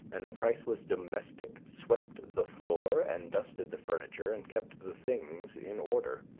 and a priceless domestic swept the floor and dusted the furniture and kept the things in order.